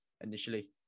initially